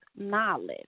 knowledge